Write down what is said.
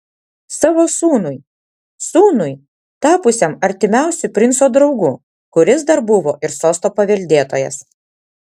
savo sūnui sūnui tapusiam artimiausiu princo draugu kuris dar buvo ir sosto paveldėtojas